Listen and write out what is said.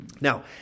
Now